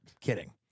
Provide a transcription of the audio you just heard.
Kidding